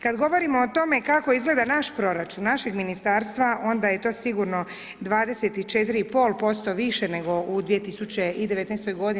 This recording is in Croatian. Kada govorimo o tome kako izgleda naš proračun, našeg Ministarstva, onda je to sigurno 24,5% više nego u 2019.-oj godini.